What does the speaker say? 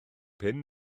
pum